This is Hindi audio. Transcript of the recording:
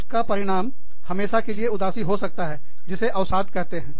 इसका परिणाम हमेशा के लिए उदासी हो सकता है जिसे अवसाद कहते हैं